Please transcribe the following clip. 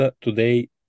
Today